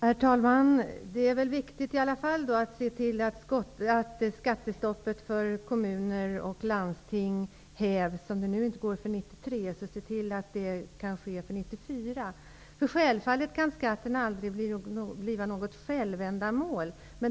Herr talman! Det är i alla fall viktigt att se till att skattestoppet för kommuner och landsting upphävs, om inte 1993 så 1994. Självfallet kan skatterna alrig bli något självändamål.